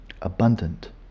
abundant